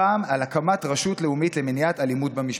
הפעם על הקמת רשות לאומית למניעת אלימות במשפחה,